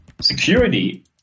security